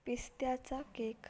पिस्त्याचा केक